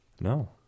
No